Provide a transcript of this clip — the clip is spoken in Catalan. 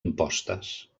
impostes